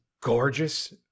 gorgeous